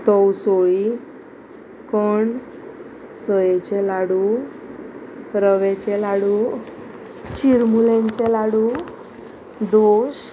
तवसोळी कण सयेचे लाडू रवेचे लाडू शिरमुलेंचे लाडू दोश